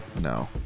No